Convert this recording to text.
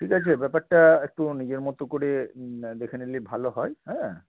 ঠিক আছে ব্যাপারটা একটু নিজের মতো করে দেখে নিলেই ভালো হয় হ্যাঁ